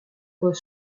post